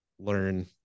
learn